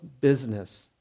business